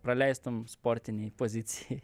praleistum sportinėj pozicijoj